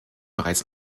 bereits